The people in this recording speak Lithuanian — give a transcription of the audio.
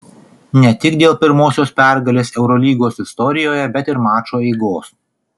ne tik dėl pirmosios pergalės eurolygos istorijoje bet ir mačo eigos